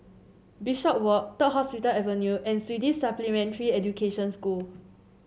Bishopswalk Third Hospital Avenue and Swedish Supplementary Education School